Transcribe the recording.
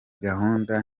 gahunda